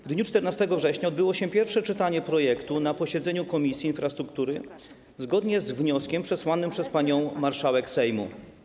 W dniu 14 września odbyło się pierwsze czytanie projektu na posiedzeniu Komisji Infrastruktury, zgodnie z wnioskiem przesłanym przez panią marszałek Sejmu.